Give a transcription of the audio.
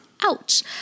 Ouch